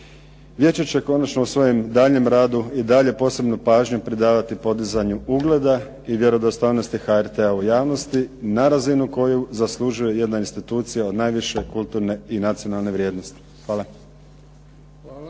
Vijeće će konačnom u svojem daljnjem radu i dalje posebnu pažnju pridavati podizanju ugleda i vjerodostojnosti HRT-a u javnosti na razinu koju zaslužuje jedna institucija od najviše kulturne i nacionalne vrijednosti. Hvala.